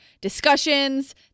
discussions